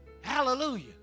Hallelujah